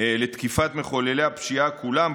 לתקיפת מחוללי הפשיעה כולם,